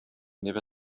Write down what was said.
never